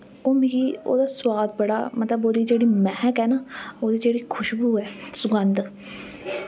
ओह् मिगी ओह्दा सोआद बड़ा मतलव ओह्दी जेह्ड़ा मैह्क ऐ ना ओह्दी जेह्ड़ी खुशबु ऐ सुगंध